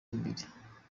imbere